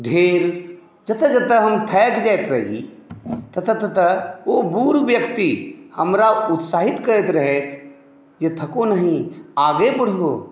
ढ़ेर जतऽ जतऽ हम थाकि जाइत रही ततऽ ततऽ ओ बूढ़ व्यक्ति हमरा उत्साहित करैत रहथि जे थको नहीं आगे बढ़ो